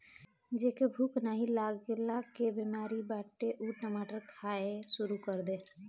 जेके भूख नाही लागला के बेमारी बाटे उ टमाटर खाए शुरू कर दे